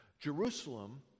Jerusalem